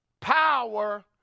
power